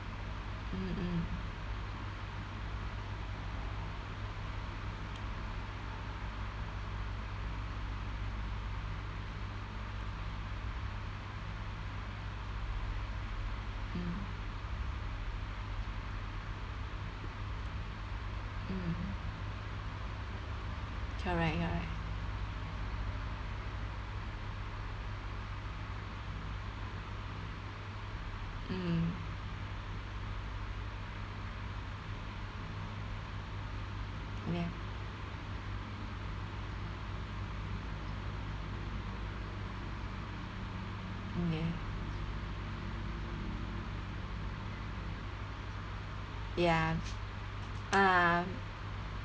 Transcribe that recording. mm correct correct mm ya ya um